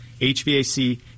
HVAC